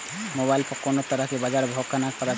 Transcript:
Mobile पर कोनो तरह के बाजार के भाव केना पता चलते?